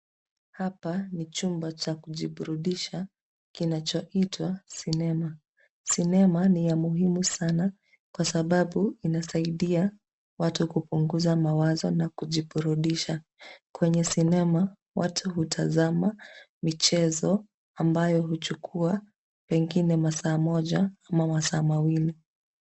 Hapa ni chumba cha kujiburudisha kinachoitwa sinema. Sinema ni ya muhimu sana kwa sababu inasaidia watu kupunguza mawazo na kujiburudisha. Kwenye sinema watu hutazama michezo ambayo huchukua pengine masaa moja ama masaa mawili.